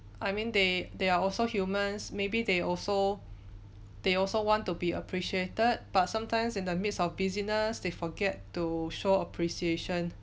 I mean they they are also humans maybe they also they also want to be appreciated but sometimes in the midst of busyness they forget to show appreciation